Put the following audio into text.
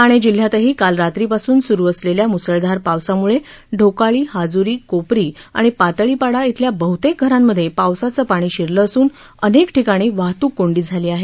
डाणे जिल्ह्यातही काल रात्री पासून सुरू झालेल्या मुसळधार पावसामुळे ढोकाळी हाजुरी कोपरी आणि पातळीपाडा इथल्या बहुतेक घरांमधे पावसाचं पाणी शिरलं असून अनेक ठिकाणी वाहतूक कोंडी झाली आहे